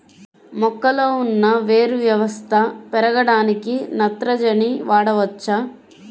మొక్కలో ఉన్న వేరు వ్యవస్థ పెరగడానికి నత్రజని వాడవచ్చా?